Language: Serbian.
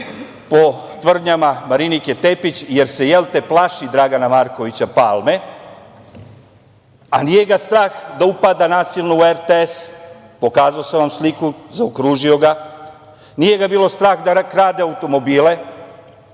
po tvrdnjama Marinike Tepić, jer se, jel, te, plaši Dragana Markovića Palme, a nije ga strah da upada nasilno u RTS, pokazao sam vam sliku, zaokružio sam ga, nije ga bilo strah da krade automobile,